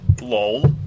lol